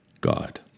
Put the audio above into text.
God